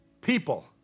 People